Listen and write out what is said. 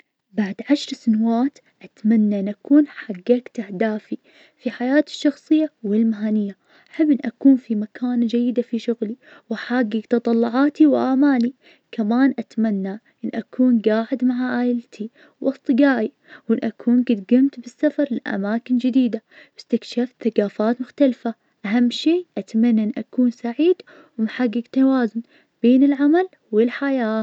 بعد عشر سنوات أتمنى ان اكون حققت أهدافي, في حياتي الشخصية والمهنية, احب ان أكون في مكانة جيدة في شغلي, واحقق تطلعاتي وآمالي, كمان اتمنى ان اكون جاعد مع عيلتي وأصدجائي, وان أكون قد جمت بالسفر لأماكن جديدة, واستكشف ثجافات مختلفة, أهم شي أتمنى ان أكون سعيد ومحقق توازن بين العمل والحياة.